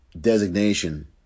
designation